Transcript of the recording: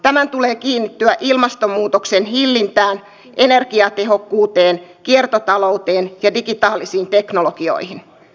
tämän tulee kiinnittyä ilmastonmuutoksen hillintään energiatehokkuuteen kiertotalouteen ja digitaalisiin teknologioihin